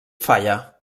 falla